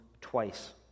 twice